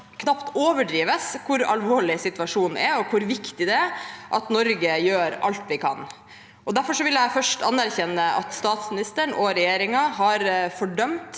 knapt overdrives hvor alvorlig situasjonen er, og hvor viktig det er at Norge gjør alt vi kan. Derfor vil jeg først anerkjenne at statsministeren og regjeringen har fordømt